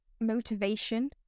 motivation